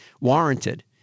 warranted